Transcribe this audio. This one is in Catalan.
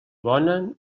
bona